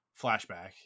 flashback